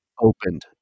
opened